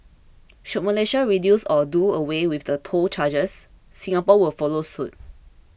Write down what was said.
should Malaysia reduce or do away with the toll charges Singapore will follow suit